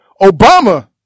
Obama